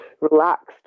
relaxed